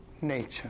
nature